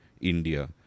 India